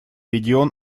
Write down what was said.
регион